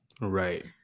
Right